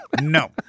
No